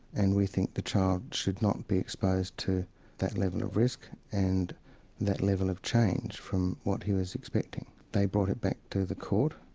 and we think the child should not be exposed to that level of risk and that level of change from what he was expecting. they brought it back to the court,